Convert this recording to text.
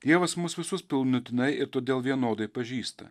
dievas mus visus pilnutinai ir todėl vienodai pažįsta